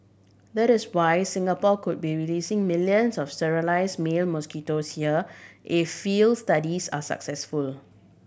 that is why Singapore could be releasing millions of sterile male mosquitoes here if field studies are successful